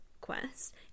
quest